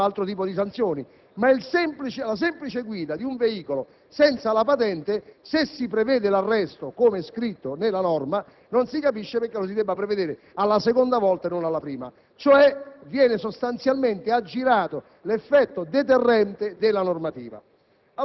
Qui non ci si riferisce al danno che si provoca, perché per fortuna per il danno esiste altro tipo di sanzioni, ma alla semplice guida di un veicolo senza la patente; se si prevede l'arresto - come è scritto nella norma - non si capisce perché lo si debba prevedere la seconda volta e non la prima,